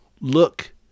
look